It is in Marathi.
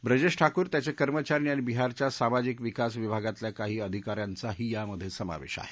ब्रजेश ठाकूर त्याचे कर्मचारी आणि बिहारच्या सामाजिक विकास विभागातल्या काही अधिकाऱ्यांचाही यामधे समावेश आहे